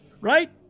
right